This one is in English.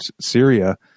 Syria